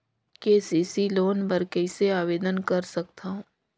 KCC loan बर कइसे आवेदन कर सकथव?